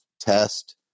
test